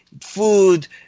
food